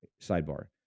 sidebar